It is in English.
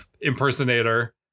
impersonator